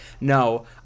No